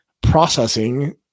processing